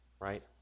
right